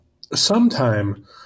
Sometime